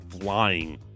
flying